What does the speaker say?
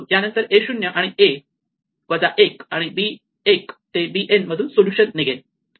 यानंतर a 0 ते a आणि वजा 1 आणि b 1 ते b n मधून सोल्यूशन निघेल